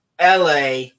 LA